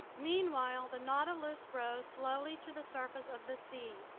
meanwhile the nautilus rose slowly to the surface of the sea,